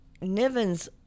Nivens